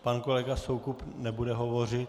Pan kolega Soukup nebude hovořit?